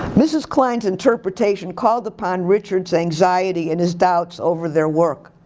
mrs. klein's interpretation called upon richard's anxiety and his doubts over their work.